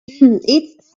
it’s